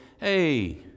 hey